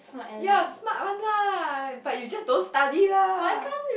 ya smart one lah but you just don't study lah